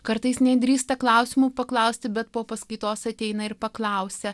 kartais nedrįsta klausimų paklausti bet po paskaitos ateina ir paklausia